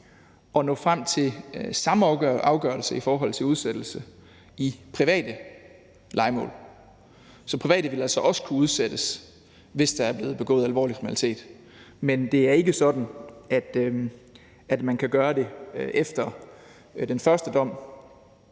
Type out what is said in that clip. at nå frem til samme afgørelse i forhold til udsættelse i private lejemål, så private vil altså også kunne udsættes, hvis der er blevet begået alvorlig kriminalitet. Men det er ikke sådan, at man kan gøre det efter den første dom.